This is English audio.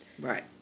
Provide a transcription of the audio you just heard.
Right